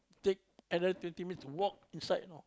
take another twenty minutes to walk inside you know